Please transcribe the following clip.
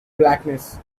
blackness